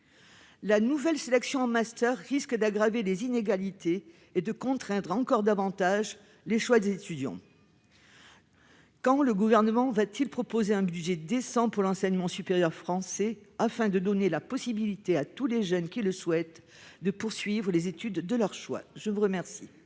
La nouvelle sélection en master risque d'aggraver les inégalités et de contraindre encore davantage les choix des étudiants. Quand le Gouvernement proposera-t-il un budget décent pour l'enseignement supérieur français afin de donner la possibilité à tous les jeunes qui le souhaitent de poursuivre les études de leur choix ? La parole